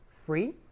free